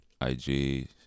ig